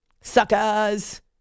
suckers